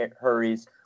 hurries